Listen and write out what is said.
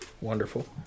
wonderful